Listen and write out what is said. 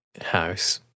house